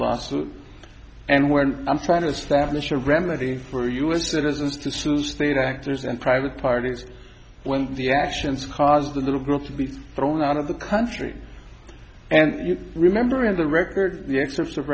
lawsuit and when i'm trying to establish a remedy for us citizens to sue state actors and private parties when the actions cause the little girl to be thrown out of the country and you remember in the record the excerpts of